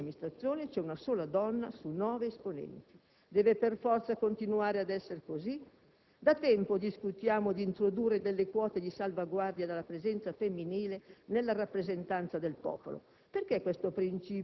oggi nel consiglio di amministrazione c'è una sola donna su nove esponenti. Deve per forza continuare ad essere così? Da tempo discutiamo di produrre delle quote di salvaguardia della presenza femminile nella rappresentanza del popolo.